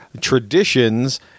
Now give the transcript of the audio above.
traditions